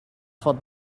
for